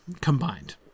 combined